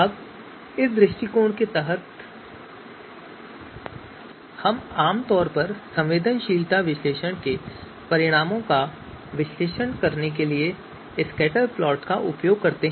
अब इस दृष्टिकोण के तहत हम आमतौर पर संवेदनशीलता विश्लेषण के परिणामों का विश्लेषण करने के लिए स्कैटरप्लॉट का उपयोग करते हैं